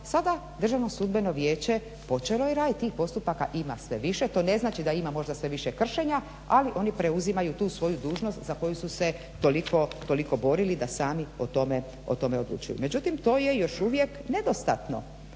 sada je Državno sudbeno vijeće počelo je raditi, tih postupaka ima sve više, to ne znači da ima možda sve više kršenja ali oni preuzimaju tu svoju dužnost za koju su se toliko borili da sami o tome odlučuju. Međutim to je još uvijek nedostatno